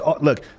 look